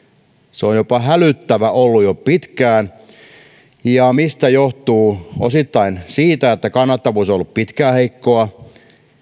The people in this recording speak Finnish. se on ollut jo pitkään jopa hälyttävä ja mistä se johtuu osittain siitä että kannattavuus on ollut pitkään heikkoa